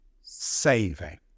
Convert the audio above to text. Saving